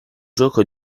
gioco